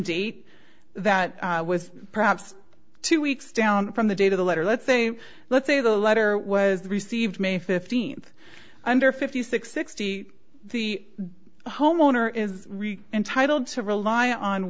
date that was perhaps two weeks down from the date of the letter let's say let's say the letter was received may fifteenth under fifty six sixty the homeowner is entitled to rely on